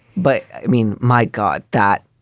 but i mean, my god, that